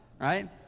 Right